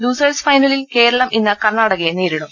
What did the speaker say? losers ഫൈനലിൽ കേരളം ഇന്ന് കർണാടകയെ നേരിടും